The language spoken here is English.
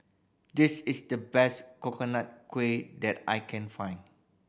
this is the best Coconut Kuih that I can find